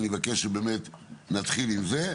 ואני מבקש שנתחיל עם זה.